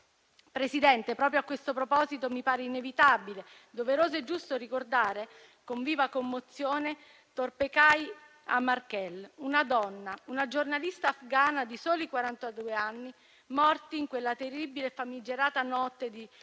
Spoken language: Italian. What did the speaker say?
Presidente, proprio a questo proposito, mi pare inevitabile, doveroso e giusto ricordare con viva commozione Torpekai Amarkel, una donna, una giornalista afghana di soli quarantadue anni, morta in quella terribile e famigerata notte di